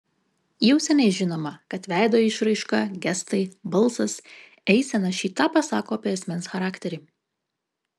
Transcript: jau seniai žinoma kad veido išraiška gestai balsas eisena šį tą pasako apie asmens charakterį